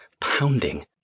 pounding